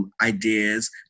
ideas